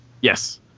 yes